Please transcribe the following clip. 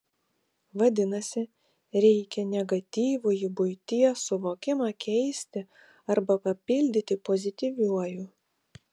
vadinasi reikia negatyvųjį buities suvokimą keisti arba papildyti pozityviuoju